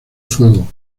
fuego